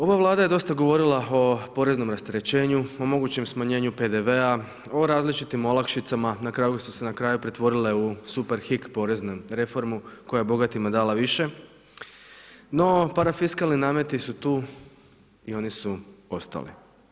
Ova Vlada je dosta govorila o poreznom rasterećenju, o mogućem smanjenju PDV-a, o različitim olakšicama na kakve su se na kraju pretvorile u super hik poreznu reformu koja je bogatima dala više, no parafiskalni nameti su tu i oni su ostali.